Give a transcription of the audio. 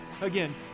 Again